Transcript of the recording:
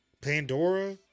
Pandora